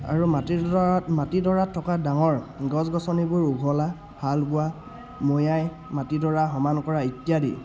আৰু মাটিডৰাত মাটিডৰাত থকা ডাঙৰ গছ গছনিবোৰ উঘলা হালবোৱা মৈয়াই মাটিডৰা সমান কৰা ইত্যাদি